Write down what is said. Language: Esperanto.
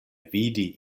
vidi